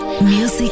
Music